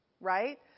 Right